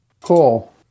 Cool